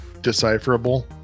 decipherable